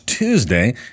Tuesday